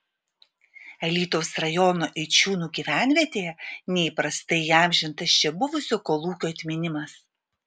alytaus rajono eičiūnų gyvenvietėje neįprastai įamžintas čia buvusio kolūkio atminimas